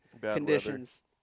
conditions